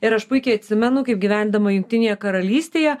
ir aš puikiai atsimenu kaip gyvendama jungtinėje karalystėje